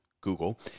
Google